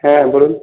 হ্যাঁ বলুন